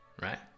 Right